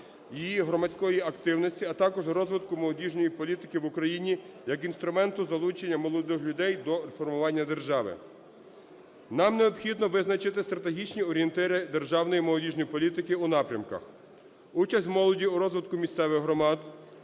її громадської активності, а також розвитку молодіжної політики в Україні як інструменту залучення молодих людей до формування держави. Нам необхідно визначити стратегічні орієнтири державної молодіжної політики у напрямках: участь молоді у розвитку місцевих громад;